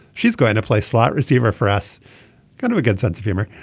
she's going to play slot receiver for us kind of a good sense of humour.